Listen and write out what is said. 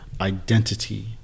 identity